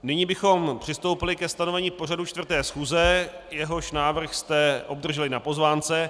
Nyní bychom přistoupili ke stanovení pořadu 4. schůze, jehož návrh jste obdrželi na pozvánce.